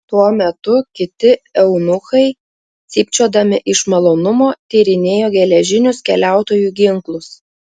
tuo metu kiti eunuchai cypčiodami iš malonumo tyrinėjo geležinius keliautojų ginklus